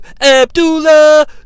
Abdullah